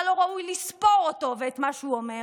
לא ראוי לספור אותו ואת מה שהוא אומר.